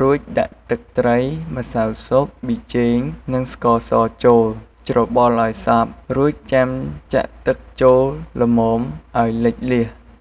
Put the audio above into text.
រួចដាក់ទឹកត្រី ម្សៅស៊ុប ប៊ីចេង និងស្ករសចូលច្របល់ឱ្យសព្វ រួចចាំចាក់ទឹកចូលល្មមអោយលិចលៀស។